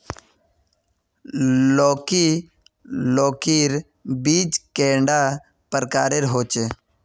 लौकी लौकीर बीज कैडा प्रकारेर होचे?